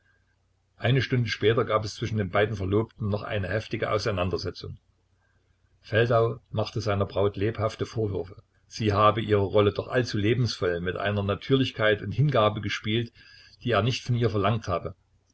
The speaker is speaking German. eine stunde später gab es zwischen den beiden verlobten noch eine heftige auseinandersetzung feldau machte seiner braut lebhafte vorwürfe sie habe ihre rolle doch allzu lebensvoll mit einer natürlichkeit und hingabe gespielt die er nicht von ihr verlangt habe